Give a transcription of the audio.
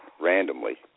randomly